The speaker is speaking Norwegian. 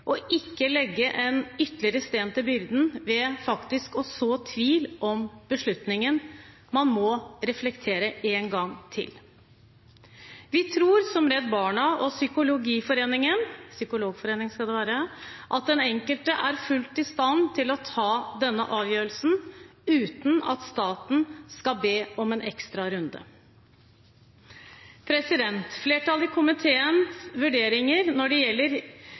og ikke legge en ytterligere sten til byrden ved å så tvil om beslutningen ved at man må reflektere en gang til. Vi tror, som Redd Barna og Psykologforeningen, at den enkelte er fullt ut i stand til å ta denne avgjørelsen uten at staten skal be om en ekstra runde. Komitéflertallets vurderinger når det gjelder